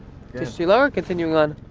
shilo or continuing on?